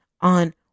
on